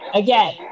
again